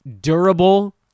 Durable